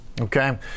Okay